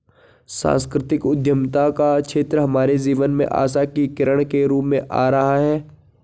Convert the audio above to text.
सांस्कृतिक उद्यमिता का क्षेत्र हमारे जीवन में आशा की किरण के रूप में आ रहा है